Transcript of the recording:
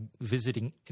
visiting